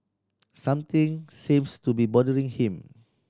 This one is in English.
something seems to be bothering him